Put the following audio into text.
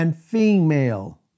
female